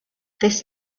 this